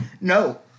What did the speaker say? No